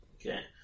Okay